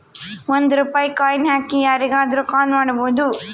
ಒಂದ್ ರೂಪಾಯಿ ಕಾಯಿನ್ ಹಾಕಿ ಯಾರಿಗಾದ್ರೂ ಕಾಲ್ ಮಾಡ್ಬೋದು